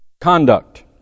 conduct